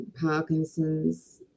Parkinson's